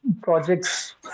projects